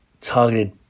targeted